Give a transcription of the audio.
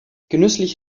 genüsslich